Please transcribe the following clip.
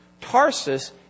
Tarsus